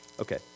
Okay